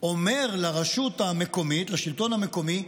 אומר לרשות המקומית, לשלטון המקומי: